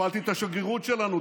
הפעלתי את השגרירות שלנו,